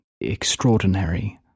extraordinary